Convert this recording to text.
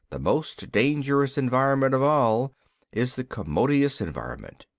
the most dangerous environment of all is the commodious environment.